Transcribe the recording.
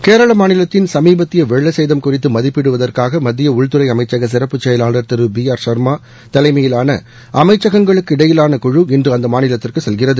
கேரள மாநிலத்தின் சமீபத்திய வெள்ள சேதம் குறித்து மதிப்பிடுவதற்காக மத்திய உள்துறை அமைச்சக சிறப்பு செயலாள் திரு பி ஆர் ஷ்மா தலைமையிலான அமைச்சங்களுக்கு இடையிலான குழு இன்று அந்த மாநிலத்திற்கு செல்கிறது